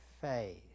faith